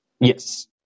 Yes